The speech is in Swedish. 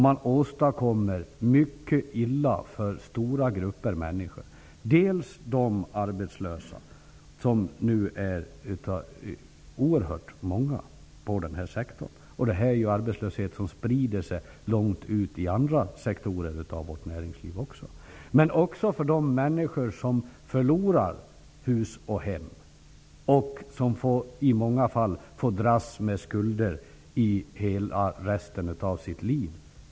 Man åstadkommer mycket illa för stora grupper av människor, dels för de arbetslösa, som nu är oerhört många i den här sektorn -- det här är ju arbetslöshet som sprider sig långt ut i andra sektorer av vårt näringsliv -- dels för de människor som förlorar hus och hem och som i många fall får dras med skulder resten av sitt liv.